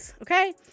okay